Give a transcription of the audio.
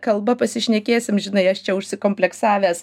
kalba pasišnekėsim žinai aš čia užsikompleksavęs